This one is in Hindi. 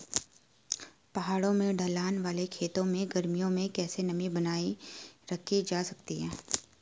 पहाड़ों में ढलान वाले खेतों में गर्मियों में कैसे नमी बनायी रखी जा सकती है?